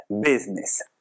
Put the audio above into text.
business